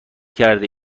کرده